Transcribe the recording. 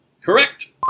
Correct